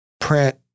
print